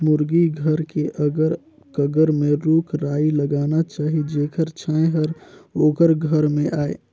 मुरगी घर के अगर कगर में रूख राई लगाना चाही जेखर छांए हर ओखर घर में आय